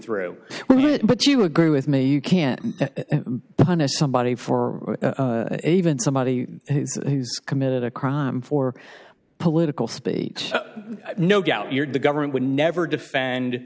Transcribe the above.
it but you agree with me you can't punish somebody for even somebody who's committed a crime for political speech no doubt you're the government would never defend